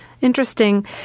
Interesting